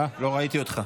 אה, לא ראיתי אותך.